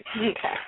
Okay